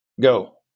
Go